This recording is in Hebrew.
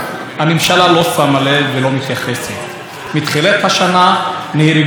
מתחילת השנה נהרגו כבר 36 עובדים בבניין.